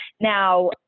Now